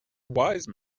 wise